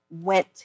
went